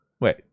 Wait